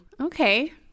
okay